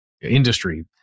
industry